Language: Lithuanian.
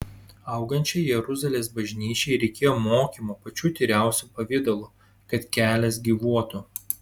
augančiai jeruzalės bažnyčiai reikėjo mokymo pačiu tyriausiu pavidalu kad kelias gyvuotų